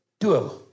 Doable